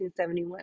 1971